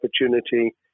opportunity